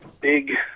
big